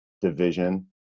division